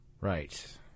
Right